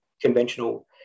conventional